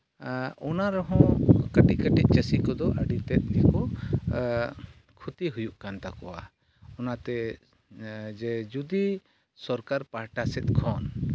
ᱚᱱᱟ ᱨᱮᱦᱚᱸ ᱠᱟᱹᱴᱤᱡᱽ ᱠᱟᱹᱴᱤᱡᱽ ᱪᱟᱹᱥᱤ ᱠᱚᱫᱚ ᱟᱹᱰᱤᱛᱮᱫ ᱜᱮᱠᱚ ᱠᱷᱚᱛᱤ ᱦᱩᱭᱩᱜ ᱠᱟᱱ ᱛᱟᱠᱚᱣᱟ ᱚᱱᱟᱛᱮ ᱡᱮ ᱡᱩᱫᱤ ᱥᱚᱨᱠᱟᱨ ᱯᱟᱦᱚᱴᱟ ᱥᱮᱫ ᱠᱷᱚᱱ